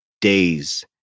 days